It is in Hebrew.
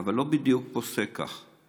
אבל לא בדיוק פוסק כך.